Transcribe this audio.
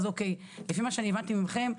לפי מה שהבנתי מכם,